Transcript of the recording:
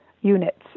units